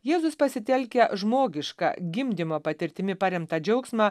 jėzus pasitelkia žmogiška gimdymo patirtimi paremtą džiaugsmą